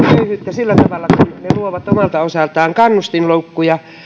sillä tavalla että ne voivat luoda omalta osaltaan kannustinloukkuja